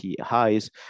highs